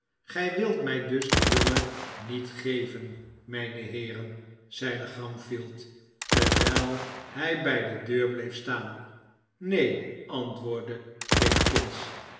gij wilt mij dus den jongen niet geven mijne heeren zeide gamfield terwijl hij bij de deur bleef staan neen antwoordde